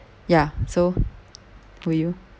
ya so will you